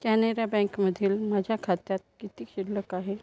कॅनरा बँकमधील माझ्या खात्यात किती शिल्लक आहे